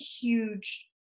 huge